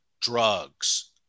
drugs